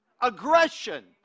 Aggression